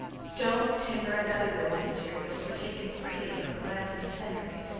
stone, timber, and other building materials were taken freely from the lands of the seigneury,